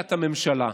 מליאת הממשלה,